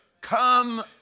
Come